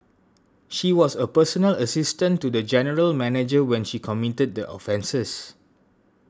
she was a personal assistant to the general manager when she committed the offences